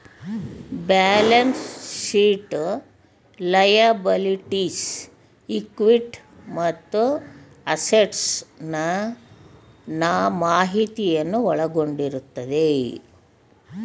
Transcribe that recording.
balance sheet liabilities, equity ಮತ್ತು assets ನಾ ಮಾಹಿತಿಯನ್ನು ಒಳಗೊಂಡಿರುತ್ತದೆ